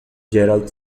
gerald